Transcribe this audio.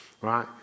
right